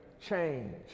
change